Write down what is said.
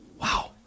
Wow